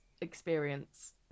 experience